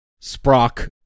Sprock